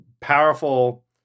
powerful